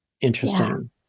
interesting